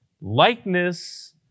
likeness